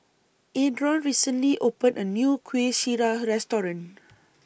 Adron recently opened A New Kueh Syara Restaurant